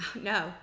No